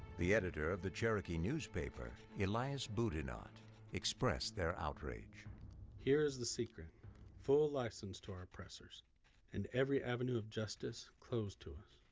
the editor of the cherokee newspaper elias boudinot expressed their outrage here is the secret full license to our oppressors and every avenue of justice closed to us.